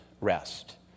rest